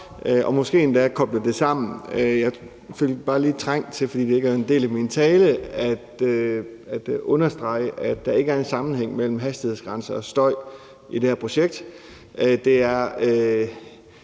og måske endda koblet det sammen. Jeg følte bare lige trang til – fordi det ikke er en del af min tale – at understrege, at der ikke er en sammenhæng mellem hastighedsgrænser og støj i det her projekt. Det er